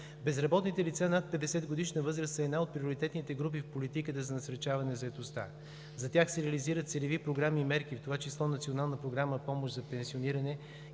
Безработните лица над 50-годишна възраст са една от приоритетите групи в политиката за насърчаване на заетостта. За тях се реализират целеви програми и мерки, в това число Национална програма „Помощ за пенсиониране“